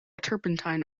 turpentine